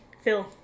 Phil